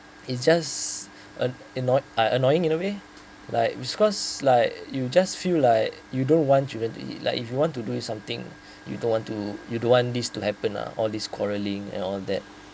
it's just uh innoy annoying in a way like because like you just feel like you don't want children to it like if you want to do it something you don't want to you want these to happen lah all these quarrelling and all that